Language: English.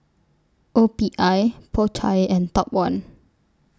O P I Po Chai and Top one